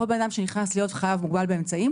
כל בן אדם שנכנס להיות חייב מוגבל באמצעים,